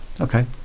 Okay